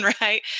right